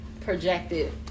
projected